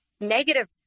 Negative